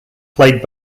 played